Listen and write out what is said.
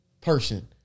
person